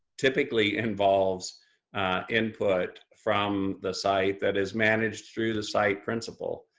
typically involves input from the site that is managed through the site principal.